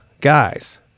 guys